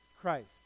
Christ